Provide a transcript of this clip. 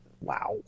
Wow